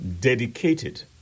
dedicated